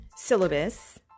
syllabus